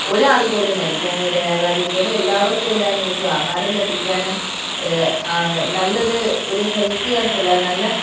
ഒരാൾ പോലും മരിക്കാൻ ഇടയാകാതിരിക്കട്ടെ എല്ലാവർക്കും എല്ലാം നിമിഷവും ആഹാരം ലഭിക്കാനും നല്ല ഒരു ഒരു ഹെൽത്തി ആയിട്ടുള്ള നല്ല